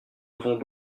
devons